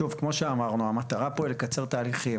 שוב, כמו שאמרנו, המטרה פה לקצר תהליכים.